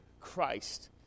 Christ